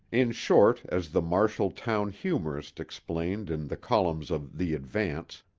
in short, as the marshall town humorist explained in the columns of the advance,